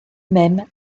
même